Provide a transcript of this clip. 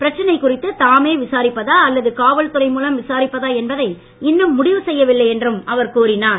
பிரச்னை குறித்து தாமே விசாரிப்பதா அல்லது காவல்துறை மூலம் விசாரிப்பதா என்பதை இன்னும் முடிவு செய்யவில்லை என்றும் அவர் கூறினார்